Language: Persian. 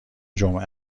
جمعه